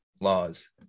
laws